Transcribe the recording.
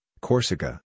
Corsica